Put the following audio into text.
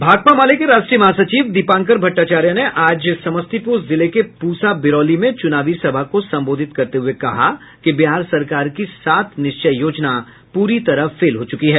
भाकपा माले के राष्ट्रीय महासचिव दीपांकर भट्टाचार्य ने आज समस्तीपुर जिले के प्रसा बिरौली में चुनावी सभा को संबोधित करते हुए कहा कि बिहार सरकार की सात निश्चय योजना पूरी तरह फेल हो चुका है